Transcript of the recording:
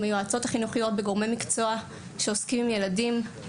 עם היועצות החינוכיות בגורמי מקצוע שעוסקים עם ילדים.